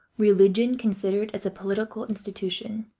religion considered as a political institution,